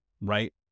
right